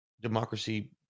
democracy